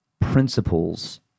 principles